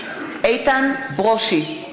איתן ברושי,